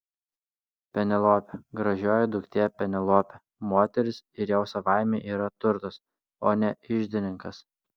penelopė gražioji duktė penelopė moteris ir jau savaime yra turtas o ne iždininkas